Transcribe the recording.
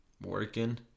working